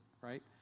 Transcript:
right